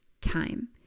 time